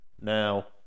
now